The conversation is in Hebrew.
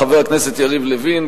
חבר הכנסת יריב לוין,